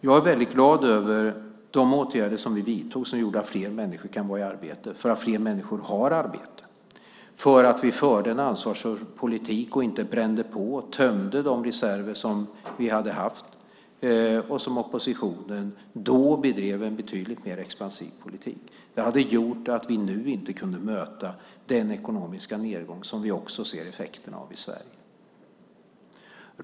Jag är glad över de åtgärder vi vidtog som gjorde att fler människor fick arbete och över att vi förde en ansvarsfull politik och inte brände på och tömde de reserver som vi hade och som oppositionen då bedrev en mycket mer expansiv politik för. Den politiken hade gjort att vi inte hade kunnat möta den ekonomiska nedgång som vi nu också ser effekterna av i Sverige.